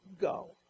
go